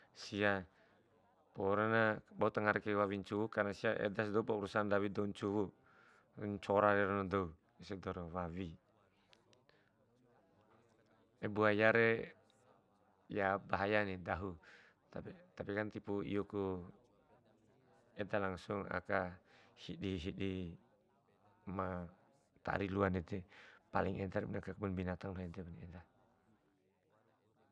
Sia, porona bau tangara kai wawi ncuwu karena sia edasi dou baurusan ndawi dou ncuwu, ncora reron dou ese doro, wawi. de buaya re ya bahayani, dahu tapi tapikan tip iuku eda langsung aka hidi hidi ma ta ari lua ndede, paling edere bune aka kebun binatang doho edep ma eda.